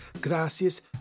Gracias